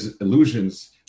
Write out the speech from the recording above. illusions